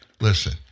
Listen